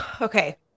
Okay